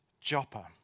Joppa